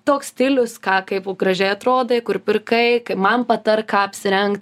toks stilius ką kaip gražiai atrodai kur pirkai man patark ką apsirengt